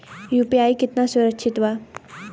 UPI कितना सुरक्षित बा?